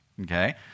Okay